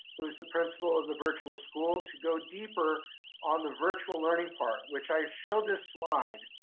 who's the principal of the virtual school to go deeper on the virtual learning part, which i showed this slide,